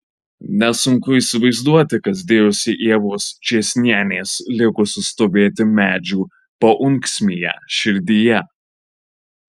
nesunku įsivaizduoti kas dėjosi ievos čėsnienės likusios stovėti medžių paunksmėje širdyje